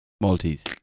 Maltese